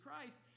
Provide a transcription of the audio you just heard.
Christ